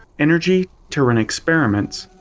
energy to run experiments.